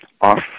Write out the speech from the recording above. off